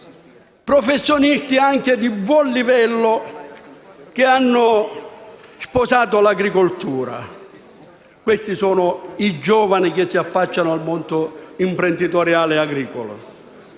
professionisti di buon livello che hanno sposato l'agricoltura. Questi sono i giovani che si affacciano al mondo imprenditoriale agricolo.